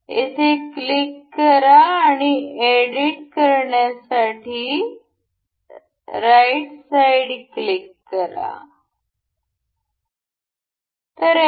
येथे क्लिक करा आणि एडिट करण्यासाठी राइट साइड क्लिक करा